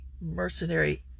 mercenary